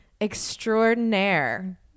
extraordinaire